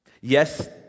Yes